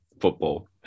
football